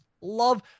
love